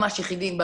ממש יחידים,